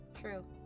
true